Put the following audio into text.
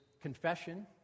confession